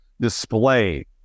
display